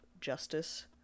justice